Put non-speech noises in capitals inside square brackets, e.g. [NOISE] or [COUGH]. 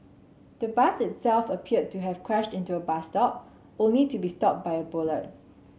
the bus itself appeared to have crashed into a bus stop only to be stopped by a [UNINTELLIGIBLE]